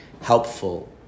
helpful